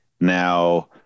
now